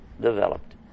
developed